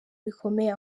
bikomeye